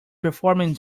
performing